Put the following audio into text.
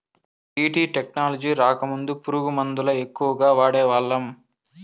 BT technology రాకముందు పురుగు మందుల ఎక్కువగా వాడేవాళ్ళం